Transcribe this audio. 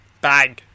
Bang